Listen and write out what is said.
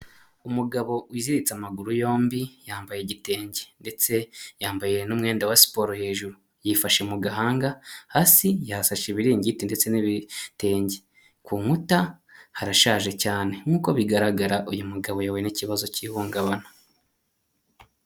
Umugabo wiziritse amaguru yombi, yambaye igitenge ndetse yambaye n'umwenda wa siporo hejuru, yifashe mu gahanga hasi yahasashe ibiringiti ndetse n'ibitenge, ku nkuta harashaje cyane, nkuko bigaragara uyu mugabo yaye n'ikibazo cy'ihungabana.